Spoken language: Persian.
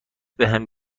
بهم